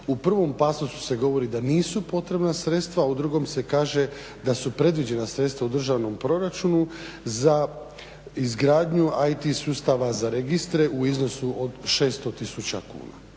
U prvom pasusu se govori da nisu potrebna sredstva, u drugom se kaže da su predviđena sredstva u državnom proračunu za izgradnju IT sustava za registre u iznosu od 600 000 kuna.